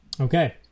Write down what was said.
Okay